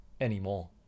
anymore